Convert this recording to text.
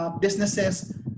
businesses